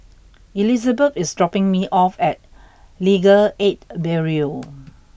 Elizebeth is dropping me off at Legal Aid Bureau